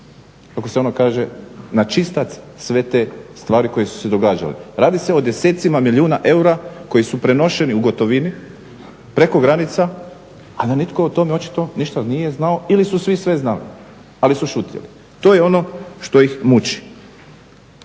kako se ono kaže na čistac sve te stvari koje su se događale. Radi se o desecima milijuna eura koji su prenošeni u gotovini preko granica ali nitko o tome očito ništa nije znao ili su svi sve znali ali su šutjeli. To je ono što ih muči.